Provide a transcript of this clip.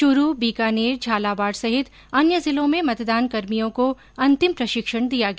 चूरू बीकानेर झालावाड़ सहित अन्य जिलों में मतदानकर्मियों को अंतिम प्रशिक्षण दिया गया